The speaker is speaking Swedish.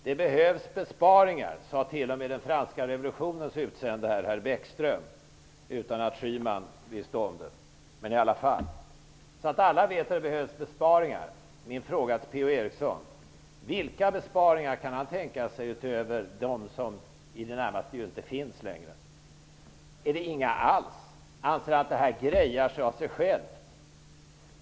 Det behövs besparingar sade t.o.m. den franska revolutionens utsände, herr Bäckström, visserligen utan att Schyman visste om det, men i alla fall. Alla vet att det behövs besparingar. Min fråga till P-O Eriksson: Vilka besparingar kan han tänka sig utöver de som ju i det närmaste inte finns längre? Är det inga alls? Anser han att det här grejar sig av sig själv?